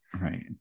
Right